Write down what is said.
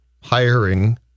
hiring